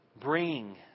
bring